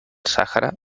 sàhara